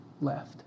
left